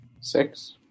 six